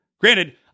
Granted